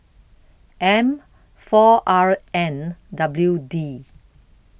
M four R N W D